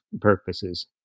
purposes